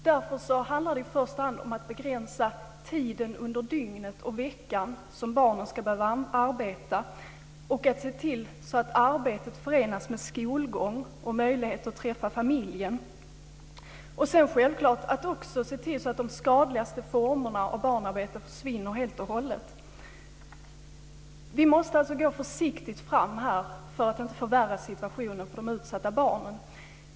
Det handlar i första hand om att begränsa den tid under dygnet och veckan som barnen ska behöva arbeta och att se till att arbetet förenas med skolgång och möjligheter att träffa familjen. Man ska självklart också se till att de skadligaste formerna av barnarbete helt försvinner. Vi måste alltså gå försiktigt fram för att inte förvärra situationen för de utsatta barnen.